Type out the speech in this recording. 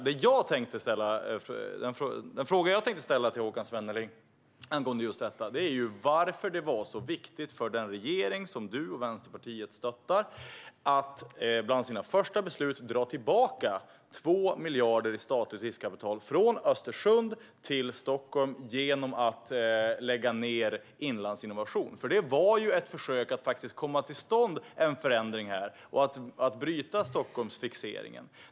Den fråga som jag tänkte ställa till Håkan Svenneling angående detta är varför det var så viktigt för den regering som du och Vänsterpartiet stöttar att bland sina första beslut dra tillbaka 2 miljarder i statligt riskkapital från Östersund till Stockholm genom att lägga ned Inlandsinnovation. Inlandsinnovation var nämligen ett försök att få till stånd en förändring och att bryta Stockholmsfixeringen.